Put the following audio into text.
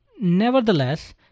Nevertheless